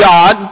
God